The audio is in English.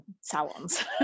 salons